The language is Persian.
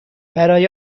برای